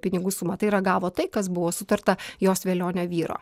pinigų sumą tai ragavo tai kas buvo sutarta jos velionio vyro